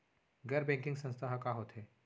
गैर बैंकिंग संस्था ह का होथे?